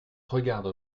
regarde